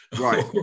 Right